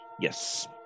Yes